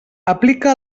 aplica